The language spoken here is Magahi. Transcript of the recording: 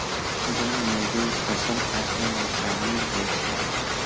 जन मजदुर फ़सल काटेमें कामिल होइ छइ